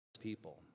people